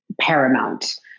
paramount